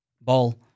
ball